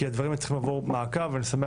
כי הדברים האלה צריכים לעבור מעקב ואני שמח